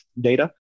data